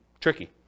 tricky